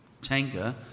tanker